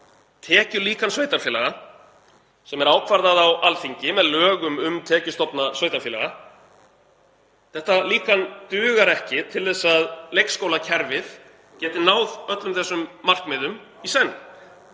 tekjulíkan sveitarfélaga sem er ákvarðað á Alþingi með lögum um tekjustofna sveitarfélaga dugar ekki til að leikskólakerfið geti náð öllum þessum markmiðum í senn.